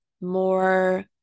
more